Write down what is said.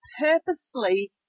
purposefully